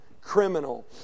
criminal